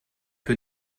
peu